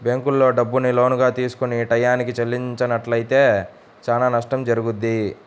బ్యేంకుల్లో డబ్బుని లోనుగా తీసుకొని టైయ్యానికి చెల్లించనట్లయితే చానా నష్టం జరుగుద్ది